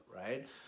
right